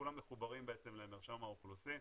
כולם מחוברים למרשם האוכלוסין,